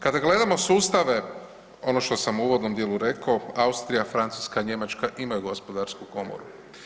Kada gledamo sustave ono što sam u uvodnom dijelu rekao Austrija, Francuska, Njemačka imaju gospodarsku komoru.